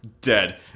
dead